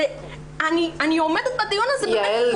אני אומרת בדיון הזה --- יעל,